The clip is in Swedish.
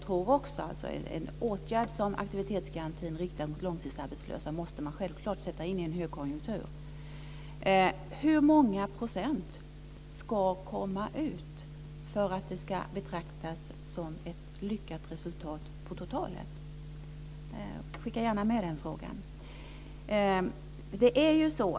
En åtgärd som aktivitetsgarantin måste självfallet sättas in i en högkonjunktur - det tror jag också. Hur många procent ska komma ut för att det ska betraktas som ett lyckat resultat totalt? Jag skickar gärna med den frågan.